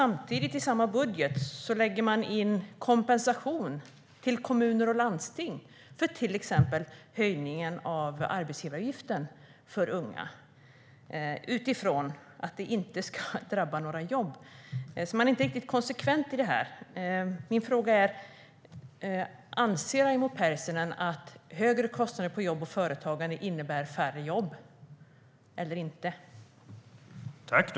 Men i samma budget lägger man in kompensation till kommuner och landsting för till exempel höjningen av arbetsgivaravgiften för unga. Man är alltså inte riktigt konsekvent. Min fråga är: Anser Raimo Pärssinen att högre kostnader på jobb och företagande innebär färre jobb eller att det inte gör det?